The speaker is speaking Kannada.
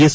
ಎಸ್